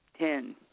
ten